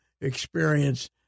experience